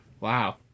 Wow